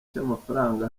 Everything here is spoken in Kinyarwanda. cy’amafaranga